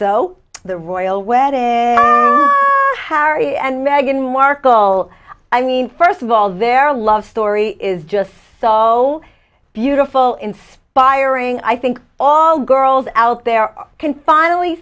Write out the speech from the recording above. so the royal wedding harry and meghan markle i mean first of all their love story is just so beautiful inspiring i think all girls out there can finally